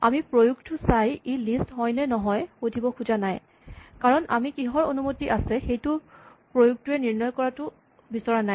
আমি প্ৰয়োগটো চাই ই লিষ্ট হয় নে নহয় সুধিব খোজা নাই কাৰণ আমি কিহৰ অনুমতি আছে সেইটো প্ৰয়োগটোৱে নিৰ্ণয় কৰাটো বিচৰা নাই